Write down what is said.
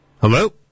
Hello